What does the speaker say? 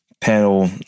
panel